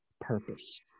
purpose